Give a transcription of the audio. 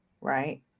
right